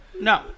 No